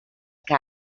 que